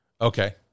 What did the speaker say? Okay